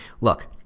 look